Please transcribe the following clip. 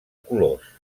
colors